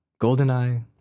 GoldenEye